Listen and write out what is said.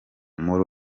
muri